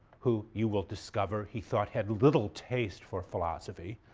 who you will discover he thought had little taste for philosophy,